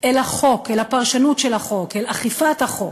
אל החוק, אל הפרשנות של החוק, אל אכיפת החוק,